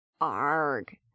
arg